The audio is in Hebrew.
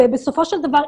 זה בסופו של דבר,